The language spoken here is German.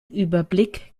überblick